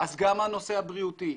אז גם הנושא הבריאותי.